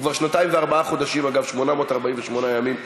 הוא כבר שנתיים וארבעה חודשים, אגב, 848 ימים,